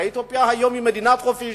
הרי אתיופיה היום היא מדינה חופשית,